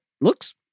looks